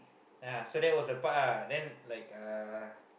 ya so that was the part ah then like uh